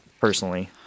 personally